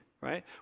right